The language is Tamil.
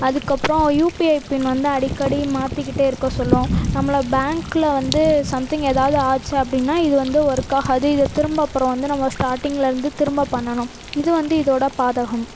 அதுக்கப்புறோம் யூபிஐ பின் வந்து அடிக்கடி மாற்றிக்கிட்டே இருக்க சொல்லும் நம்மளை பேங்கில் வந்து சம்திங் ஏதாவது ஆச்சு அப்படின்னா இது வந்து ஒர்க்காகாது இதை திரும்ப அப்புறம் வந்து நம்ம ஸ்டார்டிங்லிருந்து திரும்ப பண்ணணும் இது வந்து இதோடய பாதகம்